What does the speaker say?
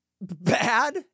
bad